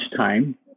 time